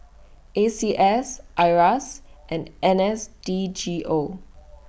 A C S IRAS and N S D G O